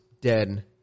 dead